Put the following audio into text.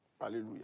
Hallelujah